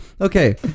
Okay